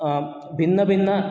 भिन्नभिन्न